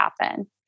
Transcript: happen